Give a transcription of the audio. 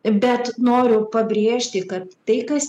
bet noriu pabrėžti kad tai kas